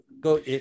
go